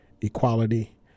equality